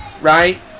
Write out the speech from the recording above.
right